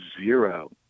zero